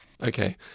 Okay